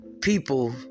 people